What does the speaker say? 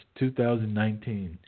2019